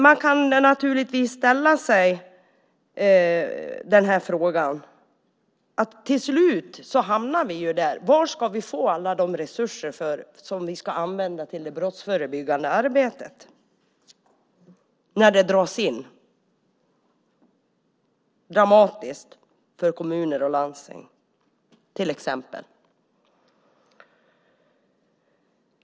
Man kan naturligtvis ställa sig den här frågan: Varifrån ska vi få alla de resurser som vi ska använda till det brottsförebyggande arbetet när det dras in dramatiskt för kommuner och landsting?